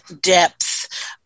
depth